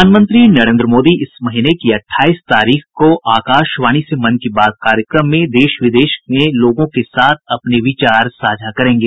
प्रधानमंत्री नरेन्द्र मोदी इस महीने की अठाईस तारीख को आकाशवाणी से मन की बात कार्यक्रम में देश विदेश में लोगों के साथ अपने विचार साझा करेंगे